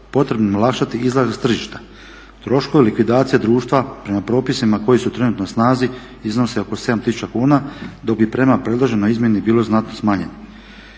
potrebno olakšati izlaz iz tržišta. Troškovi likvidacije društva prema propisima koji su trenutno na snazi iznose oko 7 tisuća kuna, dok bi prema predloženoj izmjeni bilo znatno smanjeno.